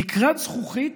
תקרת זכוכית